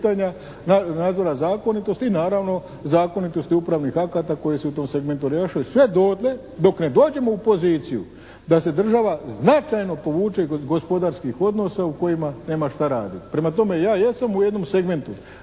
pitanja nadzora zakonitosti i naravno zakonitosti upravnih akata koje su u tom segmentu riješili. Sve dotle dok ne dođemo u poziciju da se država značajno povuče iz gospodarskih odnosa u kojima nema šta raditi. Prema tome ja jesam u jednom segmentu